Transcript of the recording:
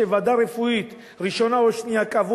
שוועדה רפואית ראשונה או שנייה קבעו